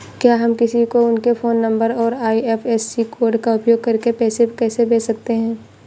क्या हम किसी को उनके फोन नंबर और आई.एफ.एस.सी कोड का उपयोग करके पैसे कैसे भेज सकते हैं?